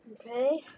Okay